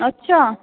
ਅੱਛਾ